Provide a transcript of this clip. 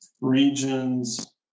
regions